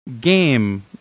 game